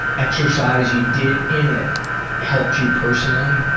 exercise you did in it helped you personally?